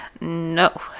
No